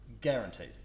guaranteed